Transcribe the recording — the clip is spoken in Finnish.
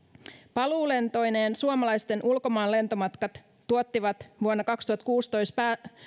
paluulentoineen suomalaisten ulkomaan lentomatkat tuottivat vuonna kaksituhattakuusitoista